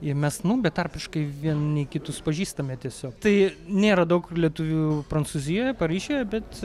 ir mes nu betarpiškai vieni kitus pažįstame tiesiog tai nėra daug lietuvių prancūzijoje paryžiuje bet